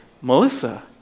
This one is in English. Melissa